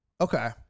Okay